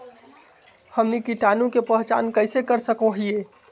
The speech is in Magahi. हमनी कीटाणु के पहचान कइसे कर सको हीयइ?